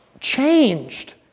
changed